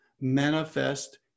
manifest